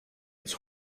its